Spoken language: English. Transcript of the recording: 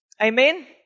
Amen